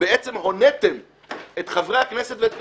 ובעצם הוניתם את חברי הכנסת ואת הכנסת,